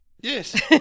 Yes